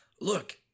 look